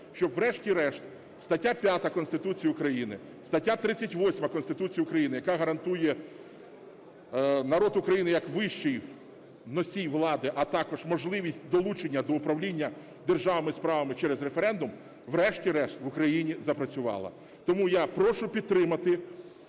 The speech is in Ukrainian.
щоб врешті-решт стаття 5 Конституції України, стаття 38 України, яка гарантує, народ України як вищий носій влади, а також можливість долучення до управління державними справами через референдум, врешті-решт в Україні запрацювала. Тому я прошу підтримати